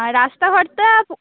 রাস্তা খরচ